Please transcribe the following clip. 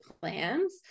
plans